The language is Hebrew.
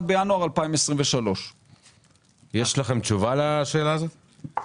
בינואר 2023. יש לכם תשובה לשאלה הזאת?